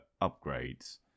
upgrades